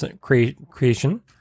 creation